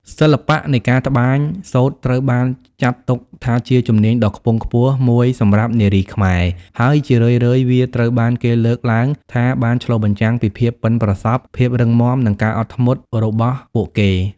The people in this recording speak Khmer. សិល្បៈនៃការតម្បាញសូត្រត្រូវបានចាត់ទុកថាជាជំនាញដ៏ខ្ពង់ខ្ពស់មួយសម្រាប់នារីខ្មែរ ហើយជារឿយៗវាត្រូវបានគេលើកឡើងថាបានឆ្លុះបញ្ចាំងពីភាពប៉ិនប្រសប់ ភាពរឹងមាំ និងការអត់ធ្មត់របស់ពួកគេ។